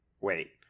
Wait